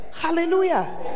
hallelujah